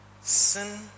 Sin